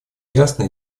ясно